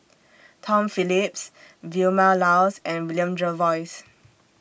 Tom Phillips Vilma Laus and William Jervois